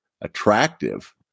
attractive